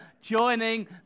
joining